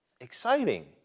exciting